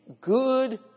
good